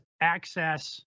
access